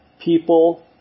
people